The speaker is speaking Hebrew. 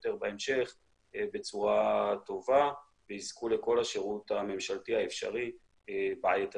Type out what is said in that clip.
בצורה טובה ויזכו לכל השירות הממשלתי האפשרי בעת הזו.